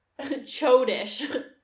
Chodish